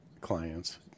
clients